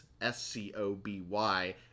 S-C-O-B-Y